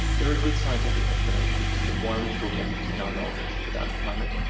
there are good scientific explanations of why we fill gaps in our knowledge about climate,